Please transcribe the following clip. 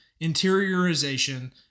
interiorization